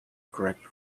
correct